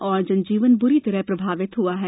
और जनजीवन बुरी तरह प्रभावित हुआ है